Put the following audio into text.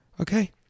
okay